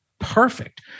perfect